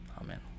Amen